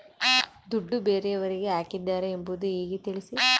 ದುಡ್ಡು ಬೇರೆಯವರಿಗೆ ಹಾಕಿದ್ದಾರೆ ಎಂಬುದು ಹೇಗೆ ತಿಳಿಸಿ?